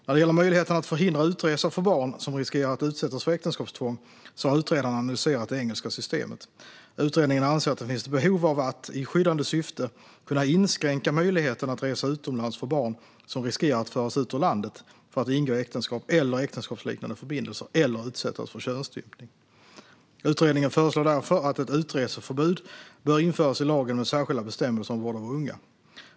När det gäller möjligheten att förhindra utresa för barn som riskerar att utsättas för äktenskapstvång har utredaren analyserat det engelska systemet. Utredningen anser att det finns ett behov av att, i skyddande syfte, kunna inskränka möjligheten att resa utomlands för barn som riskerar att föras ut ur landet för att ingå äktenskap eller en äktenskapsliknande förbindelse eller utsättas för könsstympning. Utredningen föreslår därför att ett utreseförbud införs i lagen med särskilda bestämmelser om vård av unga.